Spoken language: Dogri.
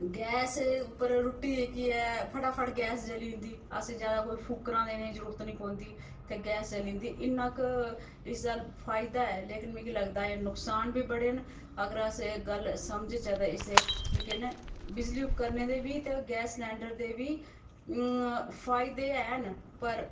गैस उप्पर रुट्टी जेह्की ऐ फटाफट गैस जली जंदी असें ज्यादा कोई फूकरां देनी दी जरूरत नी पौंदी ते गैस चली जंदी इन्ना क इसदा फायदा ऐ लेकिन मिगी लगदा ऐ नुकसान बी बड़े न अगर अस एह् गल्ल समझचै ते इसै जेह्के न बिजली उपकरण दे बी ते गैस सलैंडर दे बी फायदे हैन पर